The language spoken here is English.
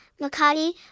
Makati